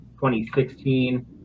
2016